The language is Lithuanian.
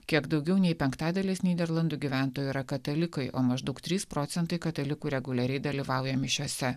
kiek daugiau nei penktadalis nyderlandų gyventojų yra katalikai o maždaug trys procentai katalikų reguliariai dalyvauja mišiose